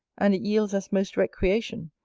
and it yields us most recreation.